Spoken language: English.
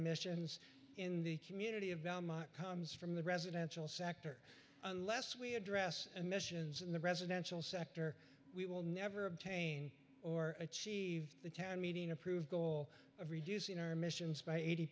emissions in the community of belmont comes from the residential sector unless we address and missions in the residential sector we will never obtain or achieve the town meeting approved goal of reducing our emissions by eighty